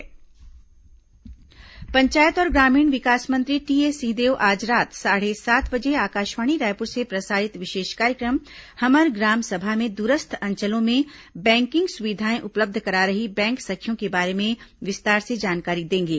हमर ग्राम सभा पंचायत और ग्रामीण विकास मंत्री टीएस सिंहदेव आज रात साढ़े सात बजे आकाशवाणी रायपुर से प्रसारित विशेष कार्यक्रम हमर ग्राम सभा में दूरस्थ अंचलों में बैंकिंग सुविधाएं उपलब्ध करा रहीं बैंक सखियों के बारे में विस्तार से जानकारी देंगे